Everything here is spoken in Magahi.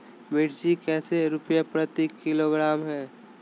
मिर्च कैसे रुपए प्रति किलोग्राम है?